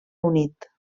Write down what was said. unit